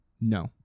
No